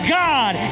god